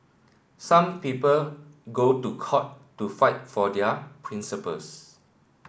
some people go to court to fight for their principles